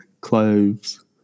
cloves